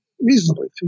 reasonably